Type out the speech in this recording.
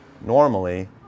normally